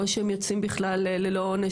או שהם יוצאים בכלל ללא עונש,